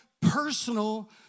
personal